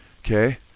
Okay